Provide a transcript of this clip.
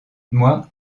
moi